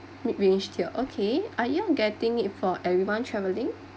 mid range tier okay are you all getting it for everyone travelling